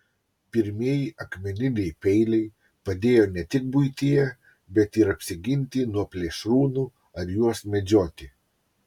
pirmieji akmeniniai peiliai padėjo ne tik buityje bet ir apsiginti nuo plėšrūnų ar juos medžioti